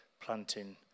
planting